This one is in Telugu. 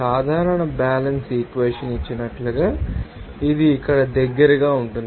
సాధారణ బ్యాలెన్స్ ఈక్వెషన్ ఇచ్చినట్లుగా ఇది ఇక్కడ దగ్గరగా ఉంటుంది